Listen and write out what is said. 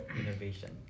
innovation